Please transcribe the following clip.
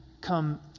come